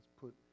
put